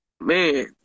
man